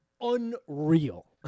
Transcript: unreal